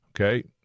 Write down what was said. Okay